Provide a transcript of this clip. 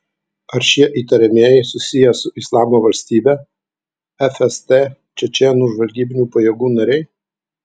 ar šie įtariamieji susiję su islamo valstybe fst čečėnų žvalgybinių pajėgų nariai